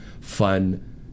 fun